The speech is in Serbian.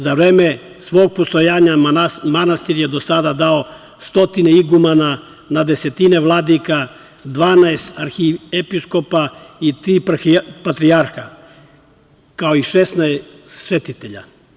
Za vreme svog postojanja, manastir je do sada dao stotine igumana, na desetine vladika, 12 arhiepiskopa i tri patrijarha, kao i 16 svetitelja.